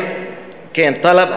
כן, טלב.